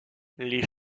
les